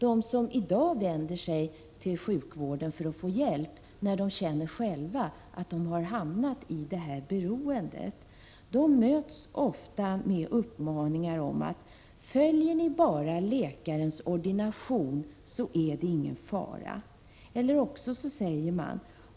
De som i dag vänder sig till sjukvården för att få hjälp när de själva känner att de har hamnat i detta beroende, möts ofta med uppmaningar som: Följer ni bara läkarens ordination är det ingen fara, eller: